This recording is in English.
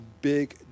big